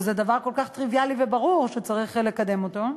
שזה דבר שכל כך טריוויאלי וברור שצריך לקדם אותו.